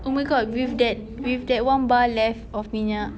oh my god with that with that one bar left of minyak